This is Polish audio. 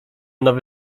nowy